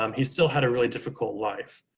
um he still had a really difficult life.